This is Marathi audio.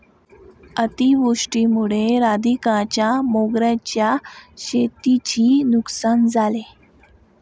अतिवृष्टीमुळे राधिकाच्या मोगऱ्याच्या शेतीची नुकसान झाले